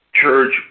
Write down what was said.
church